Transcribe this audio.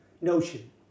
notion